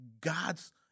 God's